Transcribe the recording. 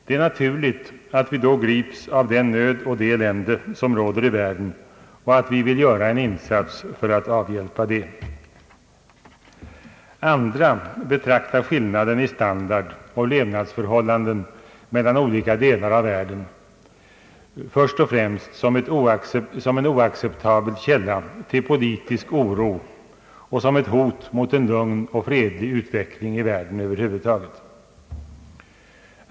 Det är naturligt att vi då grips av den nöd och det elände som råder i världen och att vi vill göra en insats för att avhjälpa det. Andra betraktar skillnaden i standard och levnadsförhållanden mellan olika delar av världen först och främst som en oacceptabel källa till politisk oro och som ett hot mot en lugn och fredlig utveckling i världen över huvud taget.